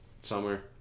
summer